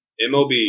MOB